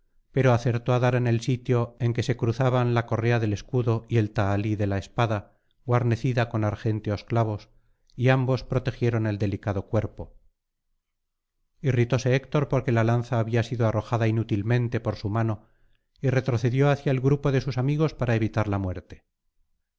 pero acertó á dar en el sitio en que se cruzaban la correa del escudo y el tahalí de la espada guarnecida con argénteos clavos y ambos protegieron el delicado cuerpo irritóse héctor porque la lanza había sido arrojada inútilmente por su mano y retrocedió hacia el grupo de sus amigos para evitar lamuerte el